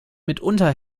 mitunter